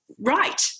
right